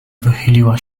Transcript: wychyliła